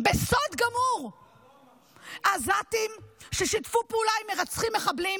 בסוד גמור עזתים ששיתפו פעולה עם מרצחים מחבלים,